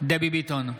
דבי ביטון,